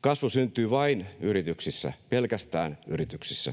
Kasvu syntyy vain yrityksissä, pelkästään yrityksissä: